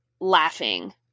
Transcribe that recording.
laughing